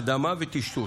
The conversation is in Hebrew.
הרדמה וטשטוש,